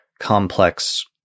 complex